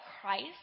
Christ